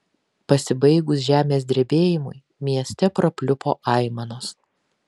pasibaigus žemės drebėjimui mieste prapliupo aimanos